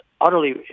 utterly